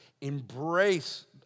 Embrace